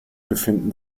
befinden